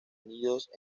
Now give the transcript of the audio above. nidos